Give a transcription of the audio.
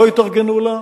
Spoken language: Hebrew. לא התארגנו לה.